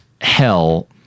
hell